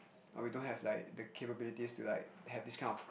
but we don't have like the capabilities to like have this kind of